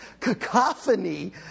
cacophony